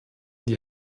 die